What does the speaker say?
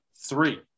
three